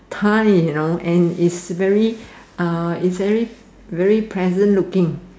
tie you know and it's very uh it's very very present looking